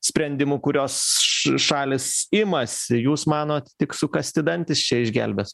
sprendimų kurios ša šalys imasi jūs manot tik sukąsti dantis čia išgelbės